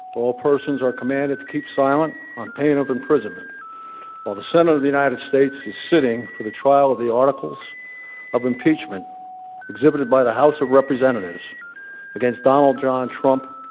all persons are commanded to keep silent, on pain of imprisonment while the senate of the united states is sitting for the trial of the articles of impeachment exhibited by the house of representatives against donald john trump,